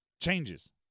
changes